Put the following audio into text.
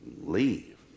leave